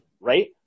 Right